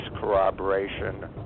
corroboration